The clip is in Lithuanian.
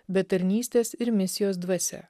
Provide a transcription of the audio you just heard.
bet tarnystės ir misijos dvasia